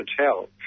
tell